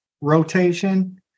rotation